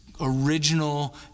original